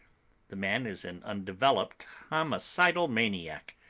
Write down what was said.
the man is an undeveloped homicidal maniac.